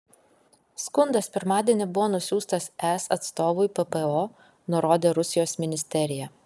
skundas pirmadienį buvo nusiųstas es atstovui ppo nurodė rusijos ministerija